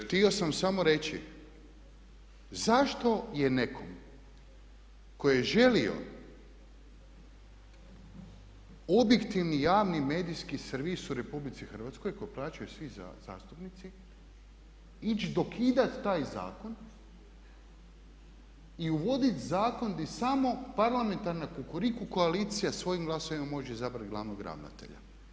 Htio sam samo reći zašto je nekom tko je želio objektivni javni medijski servis u Republici Hrvatskoj koji plaćaju svi zastupnici ići dokidati taj zakon i uvodit zakon di samo parlamentarna Kukuriku koalicija svojim glasovima može izabrati glavnog ravnatelja.